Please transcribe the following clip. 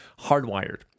hardwired